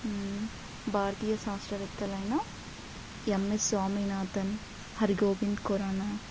భారతీయ శాస్త్రవేత్తలైన ఎమ్ఎస్ స్వామినాథన్ హర గోవింద్ ఖోరానా